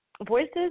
Voices